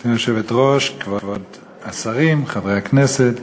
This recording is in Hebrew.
גברתי היושבת-ראש, כבוד השרים, חברי הכנסת,